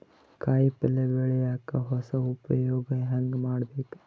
ಕಾಯಿ ಪಲ್ಯ ಬೆಳಿಯಕ ಹೊಸ ಉಪಯೊಗ ಹೆಂಗ ಮಾಡಬೇಕು?